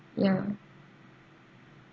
ya